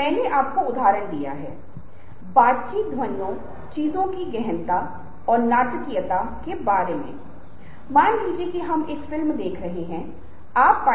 voice training एक ऐसी चीज है जिसे मैं अगले 2 से 3 मिनट या 5 मिनट के भीतर स्पष्ट नहीं कर सकता लेकिन मैं आपको लिंक कर सकता हूं उन किताबों के बारे में जिसका आप